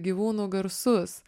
gyvūnų garsus